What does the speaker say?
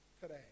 today